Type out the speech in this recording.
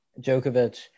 djokovic